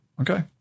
Okay